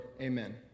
amen